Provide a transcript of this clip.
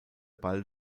ball